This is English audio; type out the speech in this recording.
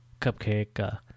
cupcake